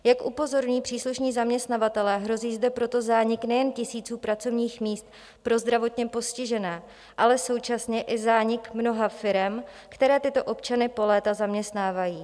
Jak upozorňují příslušní zaměstnavatelé, hrozí zde proto zánik nejen tisíců pracovních míst pro zdravotně postižené, ale současně i zánik mnoha firem, které tyto občany po léta zaměstnávají.